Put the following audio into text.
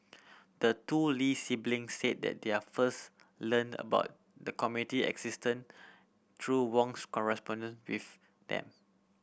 the two Lee sibling said that they are first learned about the committee existence through Wong's correspondence with them